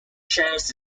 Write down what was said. shares